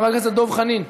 חבר הכנסת דב חנין,